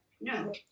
No